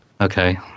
Okay